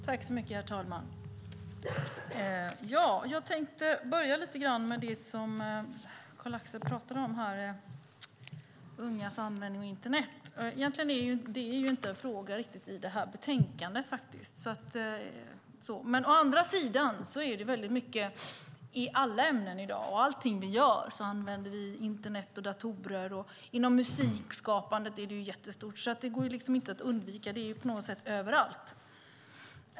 Herr talman! Jag tänkte börja lite grann med det som Carl-Axel pratade om, nämligen ungas användning av internet. Å ena sidan är det egentligen inte en fråga i det här betänkandet, å andra sidan ingår det väldigt mycket i alla ämnen i dag. I allting vi gör använder vi internet och datorer. Inom musikskapandet är det jättestort. Det går liksom inte att undvika. Det är på något sätt överallt.